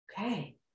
okay